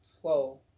Whoa